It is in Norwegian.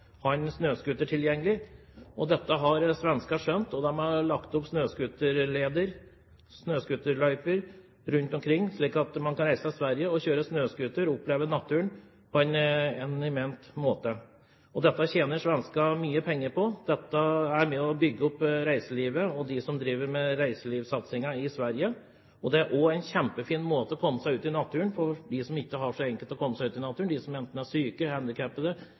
snøscooter tilgjengelig. Dette har svenskene skjønt. De har lagt opp til snøscooterleder og -løyper rundt omkring, slik at man kan reise til Sverige og kjøre snøscooter og oppleve naturen på en eminent måte. Dette tjener svenskene mye penger på. Dette er med på å bygge opp reiselivet og dem som driver med reiselivssatsingen i Sverige. Det er også en kjempefin måte å komme seg ut i naturen på for dem som det ikke er så enkelt for å komme seg ut i naturen – de som er syke, handikappede